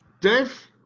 Dave